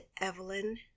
Evelyn